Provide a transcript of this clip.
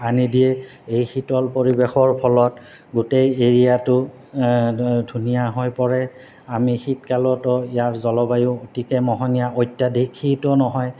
আনি দিয়ে এই শীতল পৰিৱেশৰ ফলত গোটেই এৰিয়াটো ধুনীয়া হৈ পৰে আমি শীতকালতো ইয়াৰ জলবায়ু অতিকে মোহনীয়া অত্যাধিক শীতো নহয়